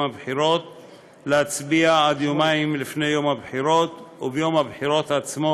הבחירות להצביע עד יומיים לפני יום הבחירות וביום הבחירות עצמו,